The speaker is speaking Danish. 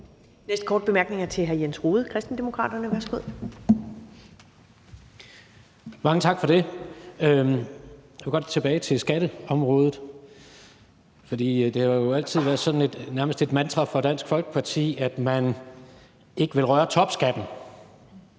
næste korte bemærkning er til hr. Jens Rohde, Kristendemokraterne. Værsgo. Kl. 11:23 Jens Rohde (KD): Mange tak for det. Jeg vil godt tilbage til skatteområdet. Det har jo altid været sådan nærmest et mantra for Dansk Folkeparti, at man ikke vil røre topskatten.